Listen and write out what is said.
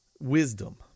wisdom